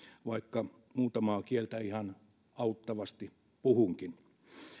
vaikka muutamaa kieltä ihan auttavasti puhunkin